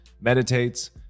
meditates